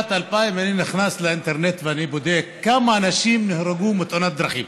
אני נכנס לאינטרנט ואני בודק כמה אנשים נהרגו מתאונות דרכים.